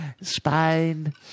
Spain